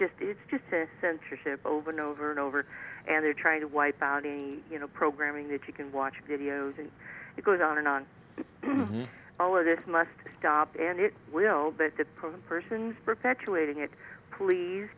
just it's just to censorship over and over and over and they're trying to wipe out any programming that you can watch videos and it goes on and on all of this must stop and it will but the problem persons perpetuating it please